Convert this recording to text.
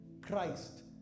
christ